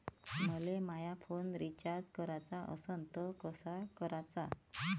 मले माया phone recharge कराचा असन तर कसा कराचा?